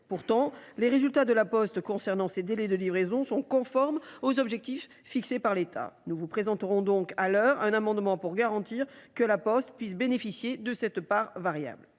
Pourtant, les résultats du groupe concernant ses délais de livraison sont conformes aux objectifs fixés. Nous vous présenterons donc un amendement visant à garantir que La Poste puisse bénéficier de cette part variable.